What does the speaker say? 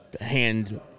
hand